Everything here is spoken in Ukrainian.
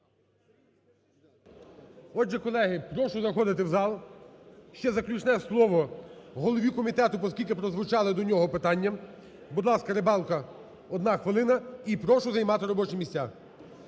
Отже, колеги, прошу заходити в зал. Ще заключне слово голові комітету, поскільки прозвучали до нього питання. Будь ласка, Рибалка, одна хвилина. І прошу займати робочі місця.